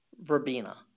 verbena